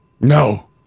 No